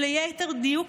ליתר דיוק,